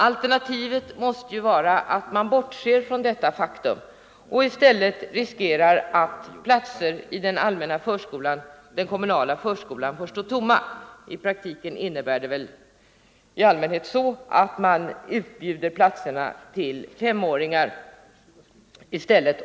Om man bortser från denna möjlighet, måste risk uppstå för att platser i den kommunala förskolan kommer att stå tomma. I praktiken utbjuder man väl då platserna till femåringar i stället.